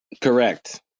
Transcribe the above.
Correct